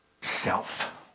self